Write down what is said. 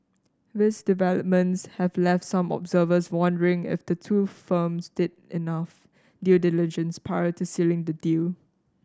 these developments have left some observers wondering if the two firms did enough due diligence prior to sealing the deal